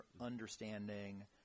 understanding